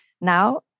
Now